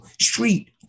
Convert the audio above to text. street